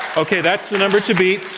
okay, that's the number to beat.